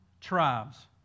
tribes